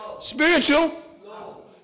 Spiritual